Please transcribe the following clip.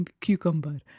cucumber